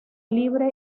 libre